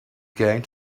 going